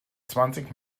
zwanzig